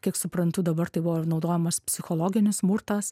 kiek suprantu dabar tai buvo ir naudojamas psichologinis smurtas